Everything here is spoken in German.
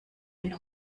ein